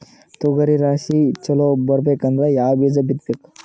ತೊಗರಿ ರಾಶಿ ಚಲೋ ಬರಬೇಕಂದ್ರ ಯಾವ ಬೀಜ ಬಿತ್ತಬೇಕು?